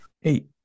Hey